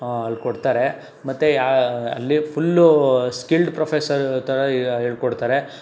ಅಲ್ಲಿ ಕೊಡ್ತಾರೆ ಮತ್ತೇ ಅಲ್ಲಿ ಫುಲ್ಲೂ ಸ್ಕಿಲ್ಲ್ಡ್ ಪ್ರೊಫೆಸರ್ ಥರ ಹೇಳ್ಕೊಡ್ತಾರೆ